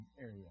area